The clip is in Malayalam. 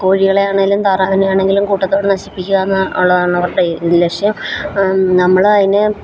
കോഴികളെ ആണെങ്കിലും താറാവിനെ ആണെങ്കിലും കൂട്ടത്തോടെ നശിപ്പിക്കുക എന്നതാ ന്നുള്ളതാണ് അവരുടെ ലക്ഷ്യം നമ്മളതിന്